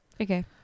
okay